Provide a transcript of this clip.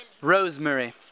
Rosemary